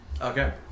okay